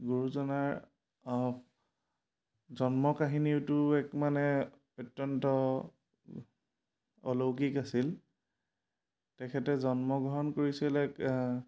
গুৰুজনাৰ জন্ম কাহিনীটোও এক মানে অত্যন্ত অলৌকিক আছিল তেখেতে জন্মগ্ৰহণ কৰিছিল এক